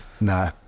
No